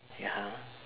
ya ah